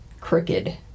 crooked